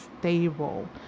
stable